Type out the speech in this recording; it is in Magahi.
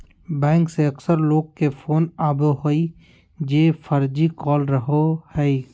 बैंक से अक्सर लोग के फोन आवो हइ जे फर्जी कॉल रहो हइ